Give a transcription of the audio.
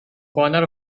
corner